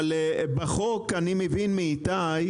אבל בחוק אני מבין מאיתי,